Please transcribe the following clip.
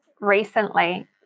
recently